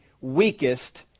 weakest